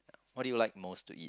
what do you like most to eat